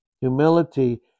Humility